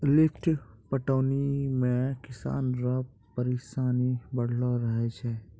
lift पटौनी मे किसान रो परिसानी बड़लो रहै छै